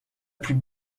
plus